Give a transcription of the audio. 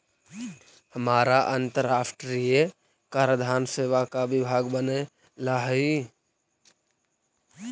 हमारा अन्तराष्ट्रिय कराधान सेवा का भाग बने ला हई